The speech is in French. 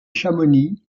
chamonix